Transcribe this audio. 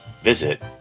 visit